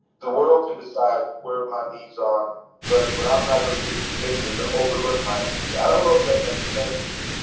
the world can decide where my needs are but but i'm not gonna give it permission to overlook my needs. i don't know if that makes sense,